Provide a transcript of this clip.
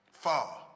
far